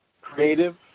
creative